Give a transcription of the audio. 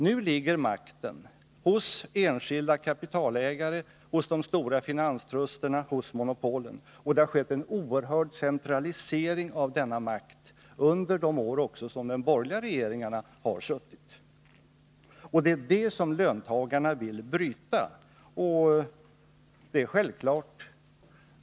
Nu ligger makten hos enskilda kapitalägare, hos de stora finanstrusterna, hos monopolen, och det har skett en oerhörd centralisering av denna makt också under de år då de borgerliga regeringarna har suttit. Det är det som löntagarna vill bryta.